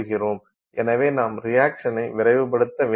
எனவே நாம் ரியாக்சனை விரைவுபடுத்த வேண்டும்